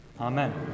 Amen